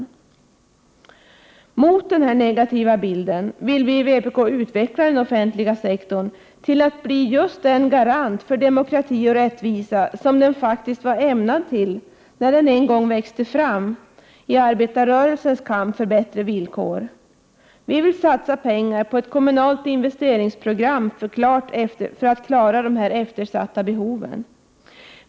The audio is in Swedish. Som en motvikt till denna negativa bild vill vi i vpk utveckla den offentliga sektorn till att bli just den garant för demokrati och rättvisa som den faktiskt var ämnad till när den en gång växte fram i arbetarrörelsens kamp för bättre villkor. Vi vill satsa pengar på ett kommunal investeringsprogram för att klara de efteratta behoven.